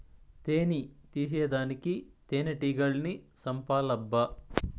తేని తీసేదానికి తేనెటీగల్ని సంపాలబ్బా